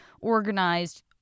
organized